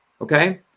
okay